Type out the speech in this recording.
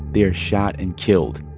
they are shot and killed.